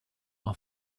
are